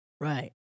Right